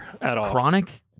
chronic